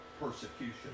persecution